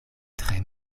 tre